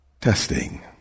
testing